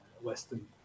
Western